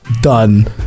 done